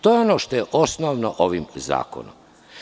To je ono što je osnovno u ovom zakonu.